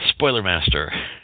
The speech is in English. Spoilermaster